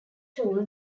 tool